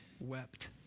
wept